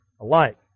alike